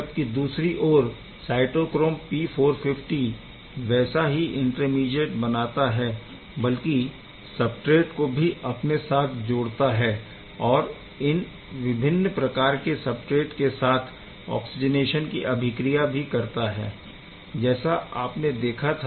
जबकि दूसरी ओर साइटोक्रोम P450 वैसा ही इंटरमीडिएट बनाता है बल्कि सबस्ट्रेट को भी अपने साथ जोड़ता है और इन विभिन्न प्रकार के सबस्ट्रेट के साथ ऑक्सीजनेशन की अभिक्रिया भी करता है जैसा आपने देखा था